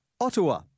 Ottawa